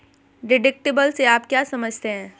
Deductible से आप क्या समझते हैं?